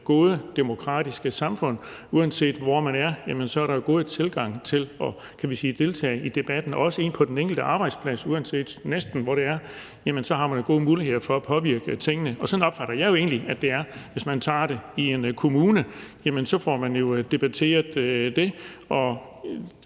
gode demokratiske samfund er der jo, uanset hvor man er, en god tilgang til at deltage i debatten, også på den enkelte arbejdsplads. Næsten uanset hvor det er, har man jo gode muligheder for at påvirke tingene. Og sådan opfatter jeg egentlig at det er. Hvis det drejer sig om en kommune, får man jo dér debatteret det,